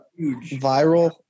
viral